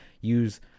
use